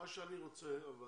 אבל מה שאני רוצה,